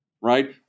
right